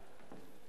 לאן.